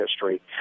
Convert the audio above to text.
history